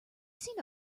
seen